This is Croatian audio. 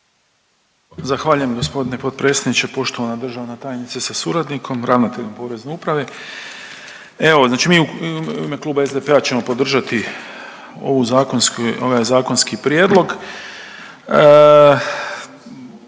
Zahvaljujem g. potpredsjedniče, poštovana državna tajnice sa suradnikom, ravnatelju Porezne uprave. Evo znači mi u ime Kluba SDP-a ćemo podržati ovu zakonsku, ovaj